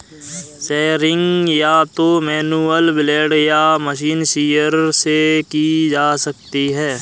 shearing या तो manual blade या मशीन शीयर से की जा सकती है